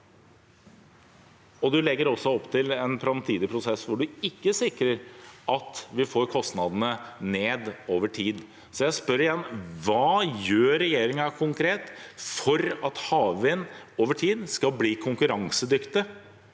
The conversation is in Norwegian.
man legger også opp til en framtidig prosess hvor man ikke sikrer at vi får kostnadene ned over tid. Jeg spør igjen: Hva gjør regjeringen konkret for at havvind over tid skal bli konkurransedyktig